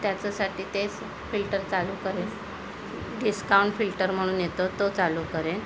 त्याच्यासाठी तेच फिल्टर चालू करेन डिस्काउंट फिल्टर म्हणून येतं तो चालू करेन